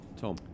Tom